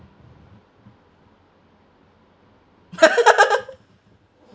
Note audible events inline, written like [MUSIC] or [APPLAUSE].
[LAUGHS]